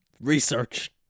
research